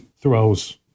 throws